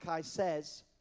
says